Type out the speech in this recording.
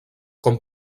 com